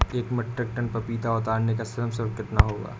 एक metric tonne पपीता उतारने का श्रम शुल्क कितना होगा?